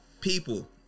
People